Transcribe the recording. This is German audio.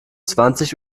zwanzig